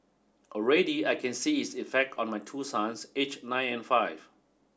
already I can see its effect on my two sons aged nine and five